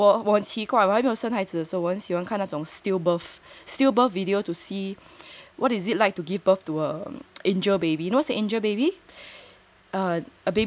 对我很奇怪我还没有生孩子的时候我很喜欢看那种 still birth video to see what is it like to give birth to a angel baby you know what is a angel baby